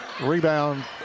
Rebound